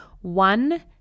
one